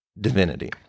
divinity